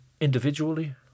individually